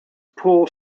poor